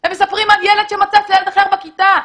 הם מספרים על ילד שמצץ לילד אחר בכיתה.